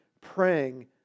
praying